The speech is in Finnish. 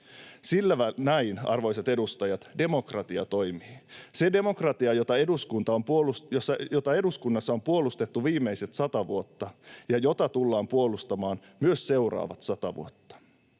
sillä näin, arvoisat edustajat, demokratia toimii — se demokratia, jota eduskunnassa on puolustettu viimeiset sata vuotta ja jota tullaan puolustamaan myös seuraavat sata vuotta.